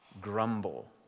grumble